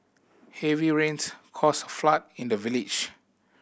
heavy rains caused a flood in the village